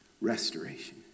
Restoration